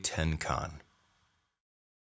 Tenkan